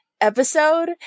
episode